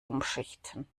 umschichten